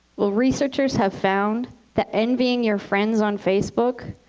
well, researchers have found that envying your friends on facebook,